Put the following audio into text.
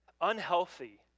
Unhealthy